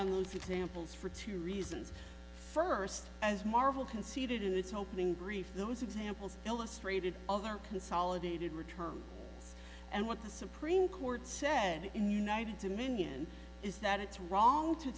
on those examples for two reasons first as marvel conceded in its opening brief those examples illustrated of our consolidated return and what the supreme court said in united to minyan is that it's wrong to